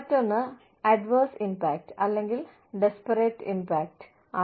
മറ്റൊന്ന് adverse impact അല്ലെങ്കിൽ disparate impact ആണ്